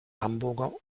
hamburger